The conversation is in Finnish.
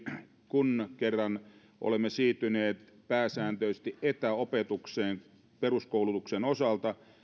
kun kerran olemme siirtyneet pääsääntöisesti etäopetukseen peruskoulutuksen osalta